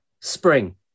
spring